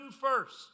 first